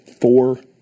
four